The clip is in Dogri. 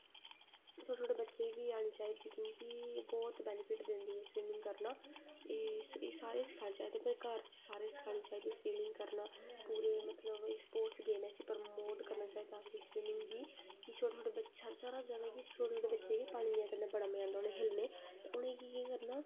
छोटे छोटे बच्चे गी बी आनी चाहिदी क्योंकि बहोत बेनिफिट दिंदी ऐ स्विमिंग करना एह् सारें ई सखानी चाहिदी घर च एह् सारें गी सिखानी चाहिदी स्विमिंग करना पूरे मतलब एह् स्पोर्टस गेम ऐ इसी प्रमोट करना चाहिदा असें स्विमिंग गी कि छोटे छोटे बच्चे गी सारा हा जादा कि छोटे छोटे बच्चे पानी कन्नै बड़ा मजा आंदा उ'नें गी खेल्लनै गी ते उ'नें गी केह् करना